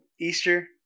Easter